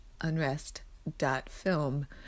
unrest.film